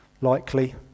likely